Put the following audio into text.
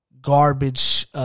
garbage